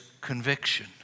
conviction